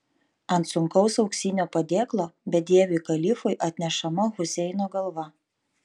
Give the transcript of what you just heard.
ant sunkaus auksinio padėklo bedieviui kalifui atnešama huseino galva